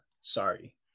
Sorry